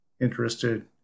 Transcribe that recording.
interested